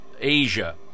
Asia